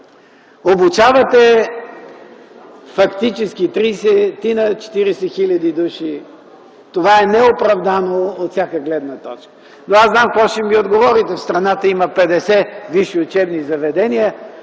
обучавате фактически 30-40 хил. души – това е неоправдано от всяка гледна точка. Знам обаче какво ще ми отговорите – че в страната има 50 висши учебни заведения,